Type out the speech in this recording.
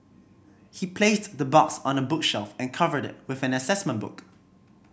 he placed the box on a bookshelf and covered it with an assessment book